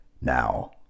Now